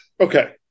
Okay